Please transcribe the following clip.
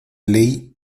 ley